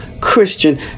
Christian